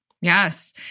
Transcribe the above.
Yes